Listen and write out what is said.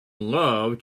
love